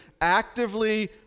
actively